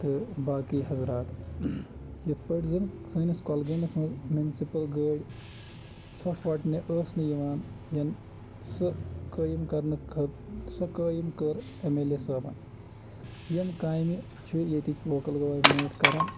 تہٕ باقٕے حضرات یِتھ پٲٹھۍ زَنہٕ سٲنِس کۄلگٲمِس منٛز مُِنسِپٕل گٲڑۍ ژھۄٹھ وَٹنہِ ٲس نہٕ یِوان ین سۄ قٲیِم کرنہٕ خٲ سۄ قٲیِم کٔر ایم ایل اے صٲبَن یِم کامہِ چھِ ییٚتِچ لوکَل گورمٮ۪نٛٹ کَران